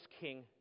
king